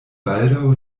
baldaŭ